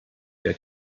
der